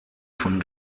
von